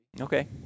Okay